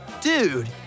dude